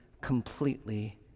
completely